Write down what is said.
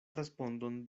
respondon